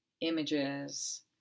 images